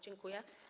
Dziękuję.